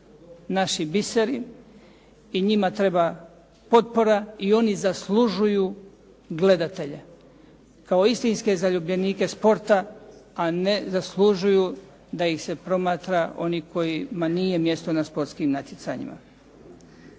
naši biseri i njima treba potpora i oni zaslužuju gledatelje kao istinske zaljubljenike sporta, a ne zaslužuju da ih promatraju oni kojima nije mjesto na sportskim natjecanjima.